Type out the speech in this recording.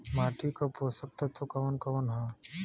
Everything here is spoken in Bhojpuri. माटी क पोषक तत्व कवन कवन ह?